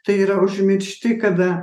tai yra užmiršti kada